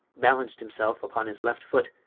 balanced himself upon his left foot,